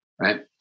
right